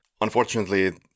Unfortunately